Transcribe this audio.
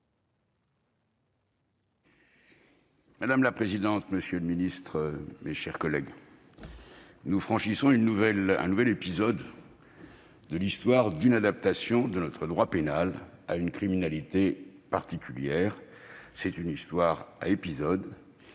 Madame la présidente, monsieur le garde des sceaux, mes chers collègues, nous écrivons un nouveau chapitre de l'histoire de l'adaptation de notre droit pénal à une criminalité particulière. C'est une histoire à épisodes.